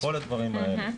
כל הדברים האלה.